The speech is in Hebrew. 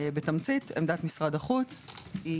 בתמצית עמדת משרד החוץ היא